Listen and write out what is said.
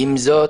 עם זאת,